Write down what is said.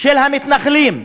של המתנחלים,